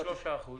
למה 3%?